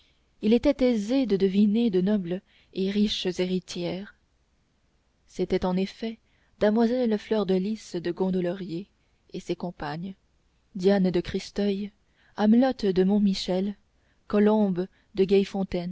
il était aisé de deviner de nobles et riches héritières c'était en effet damoiselle fleur de lys de gondelaurier et ses compagnes diane de christeuil amelotte de montmichel colombe de